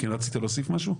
רצית להוסיף משהו?